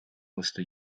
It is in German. musste